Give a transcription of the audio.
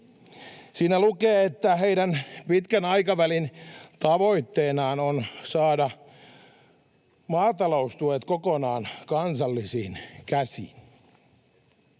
Siinä lukee, että heidän pitkän aikavälin tavoitteenaan on saada maataloustuet kokonaan kansallisiin käsiin.